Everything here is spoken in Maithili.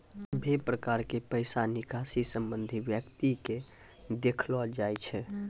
सभे प्रकार के पैसा निकासी संबंधित व्यक्ति के देखैलो जाय छै